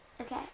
Okay